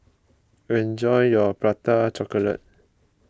enjoy your Prata Chocolate